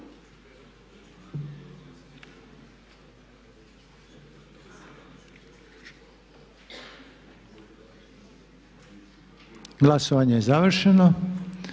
Glasovanje je završeno.